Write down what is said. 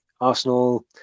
Arsenal